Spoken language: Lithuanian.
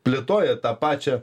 plėtoja tą pačią